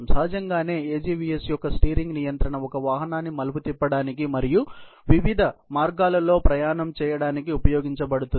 సహజంగానే AGVS యొక్క steering నియంత్రణ ఒక వాహనాన్ని మలుపు తిప్పడానికి మరియు వివిధ మార్గాల్లో ప్రయాణం చేయడానికి ఉపయోగించబడుతుంది